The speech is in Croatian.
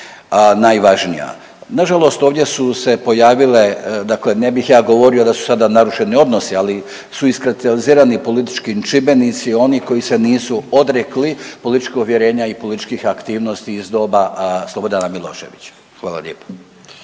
najvažnija. Na žalost ovdje su se pojavile, dakle ne bih ja govorio da su sada narušeni odnosi, ali su iskristalizirani politički čimbenici, oni koji se nisu odrekli političkog uvjerenja i političkih aktivnosti iz doba Slobodana Miloševića. Hvala lijepa.